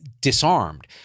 disarmed